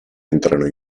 entrano